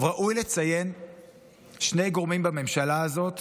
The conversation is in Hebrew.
ראוי לציין שני גורמים בממשלה הזאת